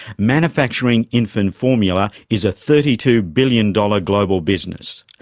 manufacturing infant formula is a thirty two billion dollars global business.